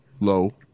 low